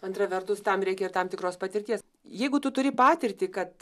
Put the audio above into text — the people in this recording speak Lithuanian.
antra vertus tam reikia ir tam tikros patirties jeigu tu turi patirtį kad